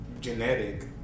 genetic